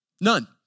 None